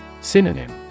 Synonym